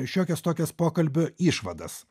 šiokias tokias pokalbio išvadas